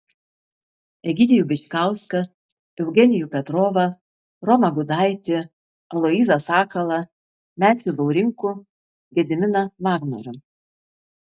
egidijų bičkauską eugenijų petrovą romą gudaitį aloyzą sakalą mečį laurinkų gediminą vagnorių